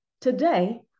today